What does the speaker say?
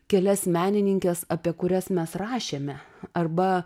kelias menininkes apie kurias mes rašėme arba